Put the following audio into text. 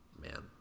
man